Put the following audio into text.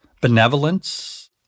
benevolence